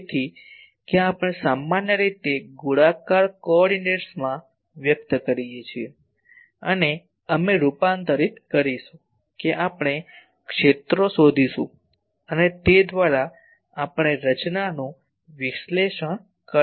તેથી કે આપણે સામાન્ય રીતે ગોળાકાર કોઓર્ડિનેટ્સમાં વ્યક્ત કરીએ છીએ અને અમે રૂપાંતરિત કરીશું કે આપણે ક્ષેત્રો શોધીશું અને તે દ્વારા આપણે રચનાનું વિશ્લેષણ કરી શકીશું